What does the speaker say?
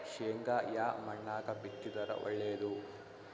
ಶೇಂಗಾ ಯಾ ಮಣ್ಣಾಗ ಬಿತ್ತಿದರ ಒಳ್ಳೇದು?